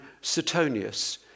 Suetonius